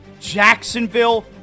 jacksonville